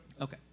Okay